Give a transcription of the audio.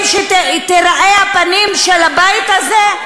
זה בדיוק הפנים של הבית הזה,